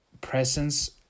presence